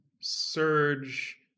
Surge